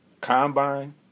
combine